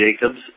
Jacobs